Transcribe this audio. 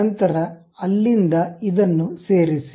ನಂತರ ಅಲ್ಲಿಂದ ಇದನ್ನು ಸೇರಿಸಿ